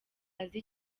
azi